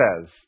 says